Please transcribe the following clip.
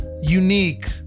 unique